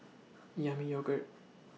Yami Yogurt